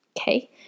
okay